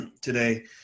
today